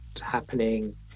happening